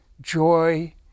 joy